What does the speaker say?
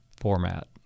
format